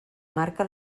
marca